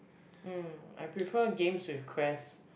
mm I prefer games with quest